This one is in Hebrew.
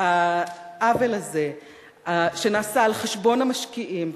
העוול הזה שנעשה על חשבון המשקיעים והחוסכים,